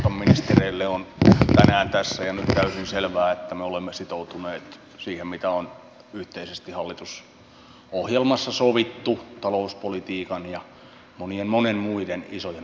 keskustan ministereille on tänään tässä ja nyt täysin selvää että me olemme sitoutuneet siihen mitä on yhteisesti hallitusohjelmassa sovittu talouspolitiikan ja monien muiden isojen asioitten osalta